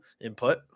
input